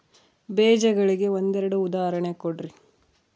ಬೇಜಗಳಿಗೆ ಒಂದೆರಡು ಉದಾಹರಣೆ ಕೊಡ್ರಿ?